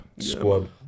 Squad